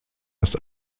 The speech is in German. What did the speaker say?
das